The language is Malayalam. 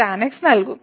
tan x നൽകും